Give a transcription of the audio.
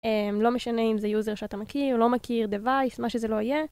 לא משנה אם זה יוזר שאתה מכיר, לא מכיר דבייס, מה שזה לא יהיה.